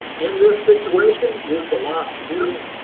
in this situation is the lost due?